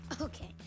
Okay